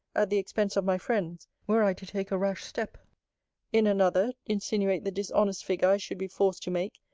the expense of my friends, were i to take a rash step in another, insinuate the dishonest figure i should be forced to make,